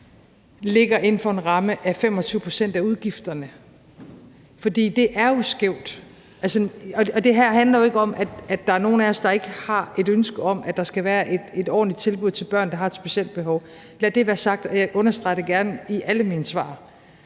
ligger inden for en ramme af 25 pct. af udgifterne? For det er jo skævt. Det her handler jo ikke om, at der er nogle af os, der ikke har et ønske om, at der skal være et ordentligt tilbud til børn, der har et specielt behov. Lad det være sagt, og jeg understreger det gerne i alle mine svar.